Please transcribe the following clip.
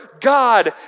God